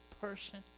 person